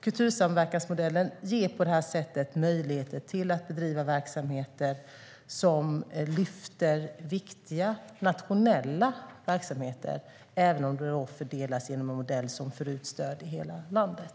Kultursamverkansmodellen ger på det sättet möjligheter att lyfta fram och bedriva viktiga nationella verksamheter även om stödet fördelas genom en modell som för ut det i hela landet.